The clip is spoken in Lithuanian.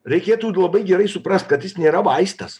reikėtų labai gerai suprast kad jis nėra vaistas